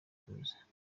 kwivuza